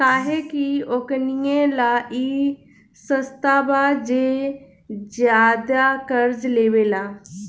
काहे कि ओकनीये ला ई सस्ता बा जे ज्यादे कर्जा लेवेला